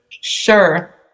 Sure